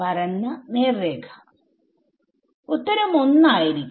പരന്ന നേർരേഖ ഉത്തരം 1 ആയിരിക്കും